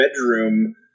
bedroom